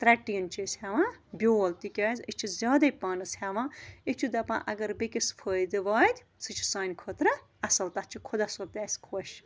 ترٛےٚ ٹیٖن چھِ أسۍ ہٮ۪وان بیول تِکیٛازِ أسۍ چھِ زیادَے پہنَس ہٮ۪وان أسۍ چھِ دَپان اگر بیٚکِس فٲیدٕ واتہِ سُہ چھِ سانہِ خٲطرٕ اَصٕل تَتھ چھِ خۄدا صٲب تہِ اَسہِ خۄش